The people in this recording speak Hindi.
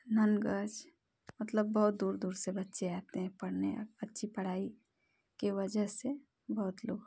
नंदगंज मतलब बहुत दूर दूर से बच्चे आते हैं पढ़ने अच्छी पढ़ाई के वजह से बहुत लोग